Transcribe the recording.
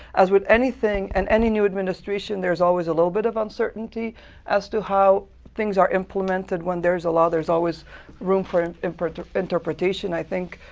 as with anything and any new administration, there's always a little bit of uncertainty as to how things are implemented. when there's a law, there's always room for and and for interpretation, i think.